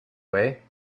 way